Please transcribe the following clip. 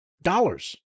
dollars